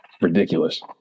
ridiculous